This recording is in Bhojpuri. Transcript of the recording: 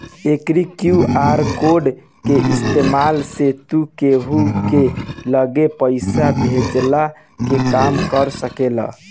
एकरी क्यू.आर कोड के इस्तेमाल से तू केहू के लगे पईसा भेजला के काम कर सकेला